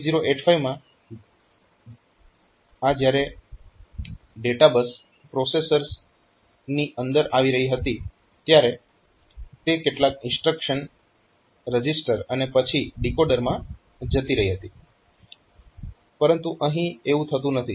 8085 માં જ્યારે આ જ્યારે ડેટા બસ પ્રોસેસરની અંદર આવી રહી હતી ત્યારે ત્યાંથી તે કેટલાક ઇન્સ્ટ્રક્શન રજીસ્ટર અને પછી ડીકોડર માં જતી હતી પરંતુ અહીં એવું થતું નથી